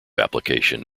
application